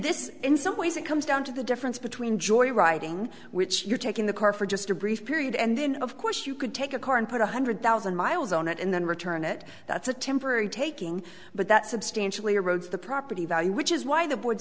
this is in some ways it comes down to the difference between joyriding which you're taking the car for just a brief period and then of course you could take a car and put one hundred thousand miles on it and then return it that's a temporary taking but that substantially erodes the property value which is why the board